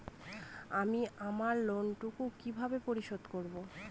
আমি আমার লোন টুকু কিভাবে পরিশোধ করব?